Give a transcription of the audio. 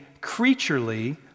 creaturely